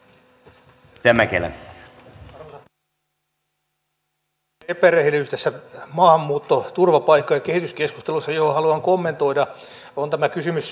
toinen sellainen älyllinen epärehellisyys tässä maahanmuutto turvapaikka ja kehityskeskustelussa johon haluan kommentoida on tämä kysymys syyriasta